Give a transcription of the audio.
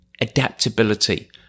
adaptability